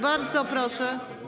Bardzo proszę.